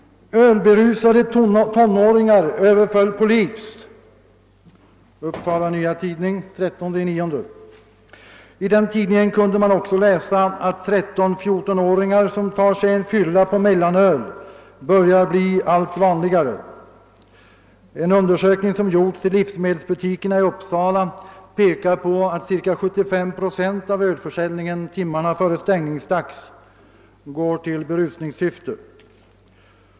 >Ölberusade tonåringar överföll polis>, skrev Upsala Nya Tidning den 13 september. I den tidningen kunde man också läsa att 13—14-åringar som tar sig en fylla på mellanöl börjar bli allt vanligare. En undersökning som gjorts i livsmedelsbutikerna i Uppsala pekar på att ca 75 procent av det öl som säljs timmarna före stängningsdags används i berusningssyfte.